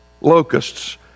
locusts